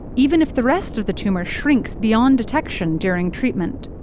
even if the rest of the tumor shrinks beyond detection during treatment,